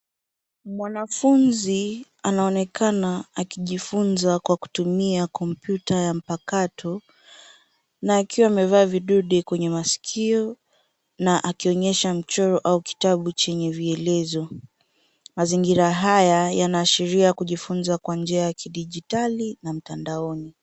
Mwanafunzi anaonekana akijifunza kwa kutumia kompyuta ya mpakato na akiwa amevaa vidunde kwenye masikio na akionyesha mchoro au kitabu chenye vielezo. Mazingira haya yanaashiria kujifunza kwa njia ya kidijitali na mtandaoni.